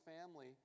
family